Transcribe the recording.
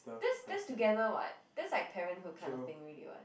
that's that's together [what] that's like parenthood kind of thing already [what]